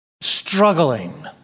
struggling